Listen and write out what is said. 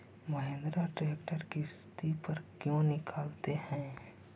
Mahindra tractor किसति पर क्यों निकालते हैं?